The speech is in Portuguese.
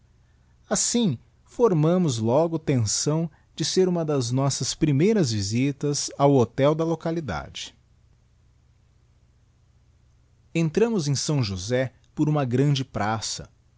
assim formámos logo tenção de ser uma das nossas primeiras visitas ao hotel da localidade entrámos em s josé por uma grande praça